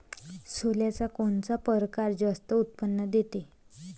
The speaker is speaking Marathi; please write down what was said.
सोल्याचा कोनता परकार जास्त उत्पन्न देते?